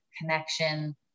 connection